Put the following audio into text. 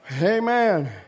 Amen